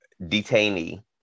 detainee